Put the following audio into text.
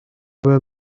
were